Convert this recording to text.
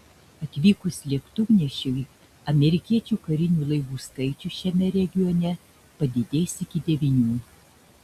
atvykus lėktuvnešiui amerikiečių karinių laivų skaičius šiame regione padidės iki devynių